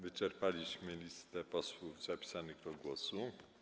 Wyczerpaliśmy listę posłów zapisanych do głosu.